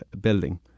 Building